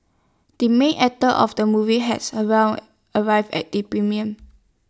the main actor of the movie has around arrived at the premiere